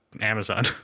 amazon